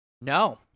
No